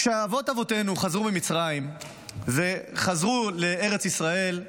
כשאבות אבותינו חזרו ממצרים וחזרו לארץ ישראל,